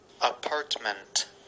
Apartment